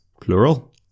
Plural